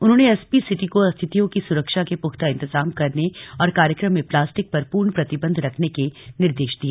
उन्होंने SP city को अतिथियों की सुरक्षा के पुख्ता इंतजाम करने और कार्यक्रम में प्लास्टिक पर पूर्ण प्रतिबंध रखने के निर्देश दिए